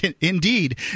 Indeed